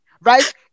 right